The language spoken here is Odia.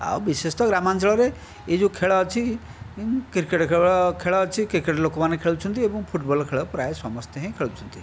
ଆଉ ବିଶେଷତଃ ଗ୍ରାମାଞ୍ଚଳରେ ଏ ଯେଉଁ ଖେଳ ଅଛି କ୍ରିକେଟ୍ ଖେଳ ଖେଳ ଅଛି କ୍ରିକେଟ୍ ଲୋକମାନେ ଖେଳୁଛନ୍ତି ଏବଂ ଫୁଟବଲ୍ ଖେଳ ପ୍ରାୟ ସମସ୍ତେ ହିଁ ଖେଳୁଛନ୍ତି